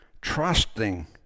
trusting